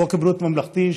חוק בריאות ממלכתי,